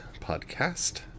podcast